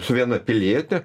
su viena piliete